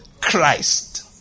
Christ